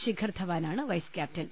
ശിഖർധവാനാണ് vice captain